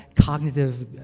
cognitive